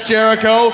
Jericho